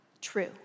True